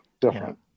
different